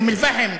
באום-אלפחם.